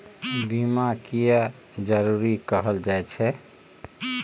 बीमा किये जरूरी कहल जाय छै?